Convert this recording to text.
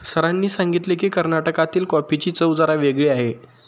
सरांनी सांगितले की, कर्नाटकातील कॉफीची चव जरा वेगळी आहे